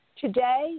Today